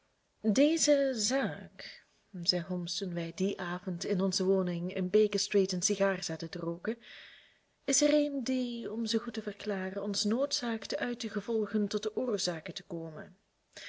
deze zaak zeide holmes toen wij dien avond in onze woning in baker street een sigaar zaten te rooken is er een die om ze goed te verklaren ons noodzaakt uit de gevolgen tot de oorzaken te komen